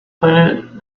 planet